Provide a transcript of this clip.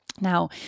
Now